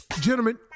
gentlemen